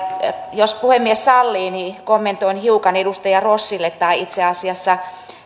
jos puhemies sallii kommentoin hiukan edustaja rossille tai itse asiassa